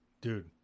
Dude